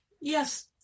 Yes